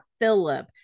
Philip